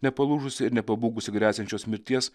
nepalūžusį ir nepabūgusį gresiančios mirties